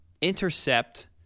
intercept